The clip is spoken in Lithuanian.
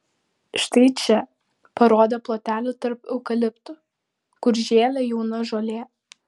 štai čia parodė plotelį tarp eukaliptų kur žėlė jauna žolė